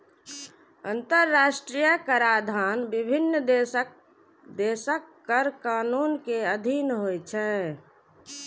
अंतरराष्ट्रीय कराधान विभिन्न देशक कर कानून के अधीन होइ छै